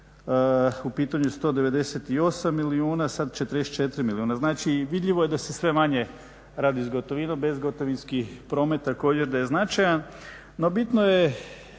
u pitanju je 198 milijuna, sada 44 milijuna. Znači, vidljivo je da se sve manje radi s gotovinom, bezgotovinski promet također da je značajan. No, bitno je